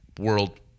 world